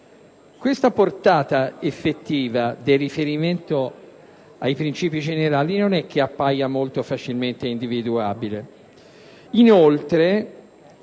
la portata effettiva del riferimento ai princìpi generali non appare molto facilmente individuabile.